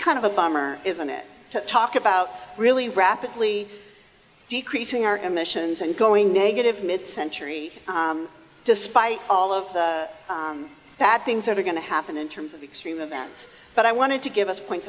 kind of a bummer isn't it to talk about really rapidly decreasing our emissions and going negative mid century despite all of the bad things are going to happen in terms of extreme events but i wanted to give us points